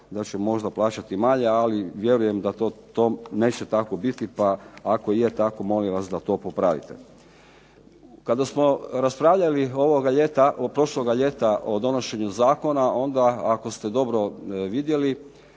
da će plaćati možda manje ali vjerujem da tome neće tako biti, ako je tako molim vas da to popravite. Kada smo raspravljali ovoga ljeta, prošloga ljeta o donošenju Zakona onda ako ste dobro vidjeli